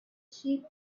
sheep